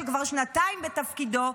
שכבר שנתיים בתפקידו,